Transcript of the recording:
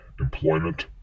employment